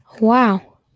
wow